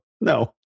No